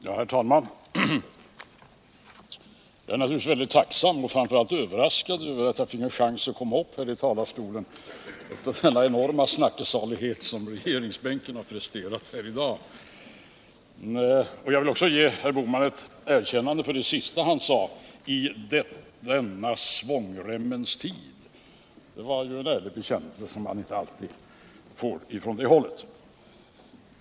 Herr talman! Jag är naturligtvis väldigt tacksam och framför allt överraskad över att jag fick en chans att komma upp här i talarstolen efter den enorma snacksalighet som har presterats från regeringsbänken i dag. Jag vill också ge herr Bohman ett erkännande för det sista han sade: i dessa svångremmens tider. Det var en ärlig bekännelse som man inte alltid får från det hållet.